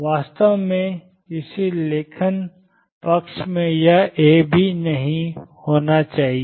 वास्तव में किसी लेखन पक्ष में यह A भी नहीं होना चाहिए